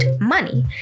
money